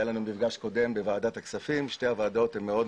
היה לנו מפגש קודם בוועדת הכספים שתי הוועדות מאוד רלוונטיות.